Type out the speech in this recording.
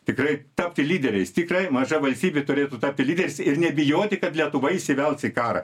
tikrai tapti lyderiais tikrai maža valstybė turėtų tapti lyderis ir nebijoti kad lietuva įsivels į karą